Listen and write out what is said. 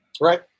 Right